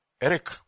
Eric